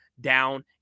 down